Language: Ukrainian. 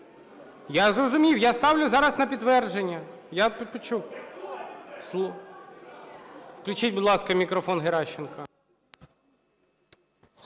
Я зрозумів, я ставлю зараз на підтвердження. Я почув. Включіть, будь ласка, мікрофон Геращенко.